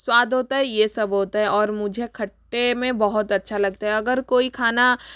स्वाद होता है ये सब होता है और मुझे खट्टे में बहुत अच्छा लगता है अगर कोई खाना